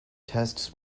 tests